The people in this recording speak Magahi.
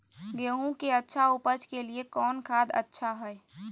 गेंहू के अच्छा ऊपज के लिए कौन खाद अच्छा हाय?